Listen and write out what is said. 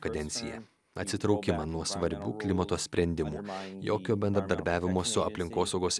kadenciją atsitraukimą nuo svarbių klimato sprendimų jokio bendradarbiavimo su aplinkosaugos